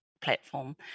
platform